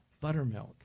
Buttermilk